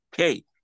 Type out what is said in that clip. okay